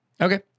Okay